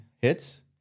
hits